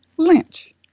lynch